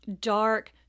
dark